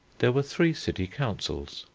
there were three city councils,